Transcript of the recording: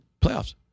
playoffs